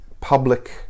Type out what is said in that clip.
public